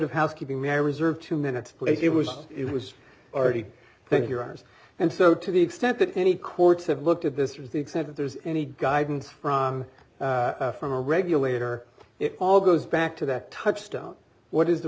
of housekeeping mary's or two minutes place it was it was already think your hours and so to the extent that any courts have looked at this was the extent that there's any guidance from from a regulator it all goes back to that touchstone what is the